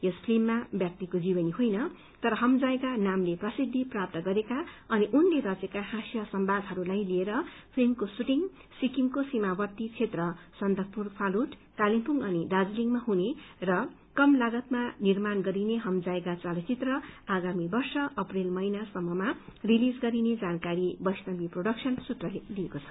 यस फिल्ममा व्यक्तिको जीवनी होइन तर हम जाएगा नामले प्रसिद्धि प्राप्त गरेका अनि उनले रचेका हास्य कलाकारहरूलाई लिएर फिल्मको शुटिंग सिक्किमको सीमावर्ती क्षेत्र सन्दकपू फालुट कालेबुङ अनि दार्जीलिङमा हुने र कम लागतमा निर्माण गरिने हम जाएगा चलचित्र आगामी वर्ष अप्रेल महिनासम्ममा रिलिज गरिने जानकारी बैश्वणी प्रोडक्शन सूत्रले दिएको छ